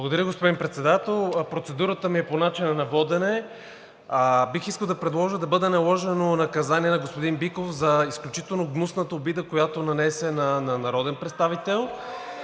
Благодаря, господин Председател. Процедурата ми е по начина на водене. Бих искал да предложа да бъде наложено наказание на господин Биков за изключително гнусната обида, която нанесе на народен представител.